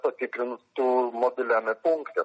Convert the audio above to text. patikrintų mobiliame punkte